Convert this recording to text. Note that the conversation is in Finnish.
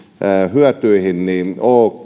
hyötyihin